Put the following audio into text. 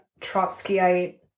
trotskyite